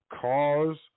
cars